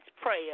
prayer